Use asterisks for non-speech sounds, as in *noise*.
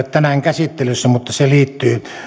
*unintelligible* tänään käsittelyssä mutta se liittyy